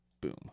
Boom